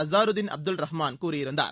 அஸாருதீன் அப்துல் ரஹ்மான் கூறியிருந்தார்